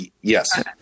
Yes